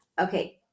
Okay